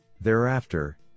Thereafter